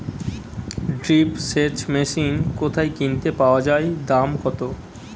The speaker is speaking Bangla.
ড্রিপ সেচ মেশিন কোথায় কিনতে পাওয়া যায় দাম কত?